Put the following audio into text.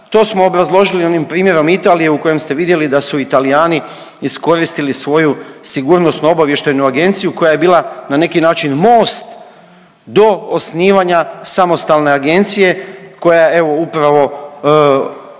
To smo obrazložili onim primjerom mita, ali i u kojem ste vidjeli da su i Talijani iskoristili svoju SOA-u koja je bila na neki način most do osnivanja samostalne agencija koja evo upravo